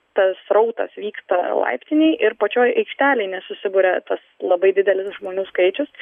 tas srautas vyksta laiptinėj ir pačioj aikštelėj nesusiburia tas labai didelis žmonių skaičius